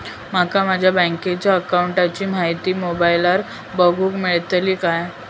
माका माझ्या बँकेच्या अकाऊंटची माहिती मोबाईलार बगुक मेळतली काय?